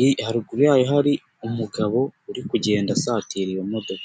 iri haruguru yayo, hari umugabo uri kugenda asatira iyo modoka.